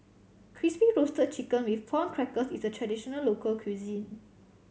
Crispy Roasted Chicken with Prawn Crackers is a traditional local cuisine